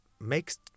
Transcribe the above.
makes